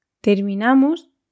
Terminamos